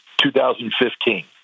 2015